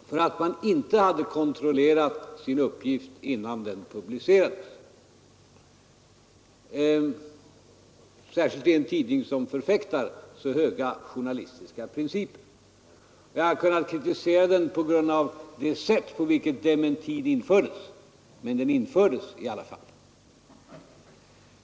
därför att man inte hade kontrollerat uppgiften innan den publicerades — särskilt som denna tidning förfäktar så höga journalistiska principer. Jag hade kunnat kritisera tidningen på grund av det sätt på vilket dementin infördes, men den infördes i alla fall.